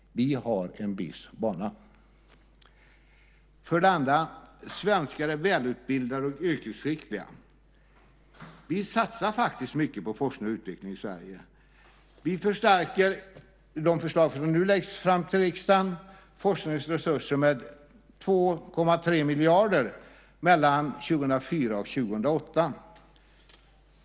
Vi har en viss vana. För det andra är svenskar välutbildade och yrkesskickliga. Vi satsar faktiskt mycket på forskning och utveckling i Sverige. Vi förstärker i de förslag som nu läggs fram för riksdagen forskningens resurser med 2,3 miljarder mellan 2004 och 2008.